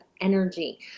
energy